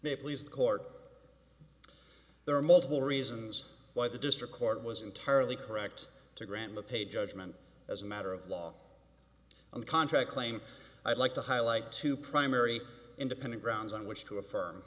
may please the court there are multiple reasons why the district court was entirely correct to grant the pay judgment as a matter of law and contract claim i'd like to highlight two primary independent grounds on which to affirm